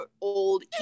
old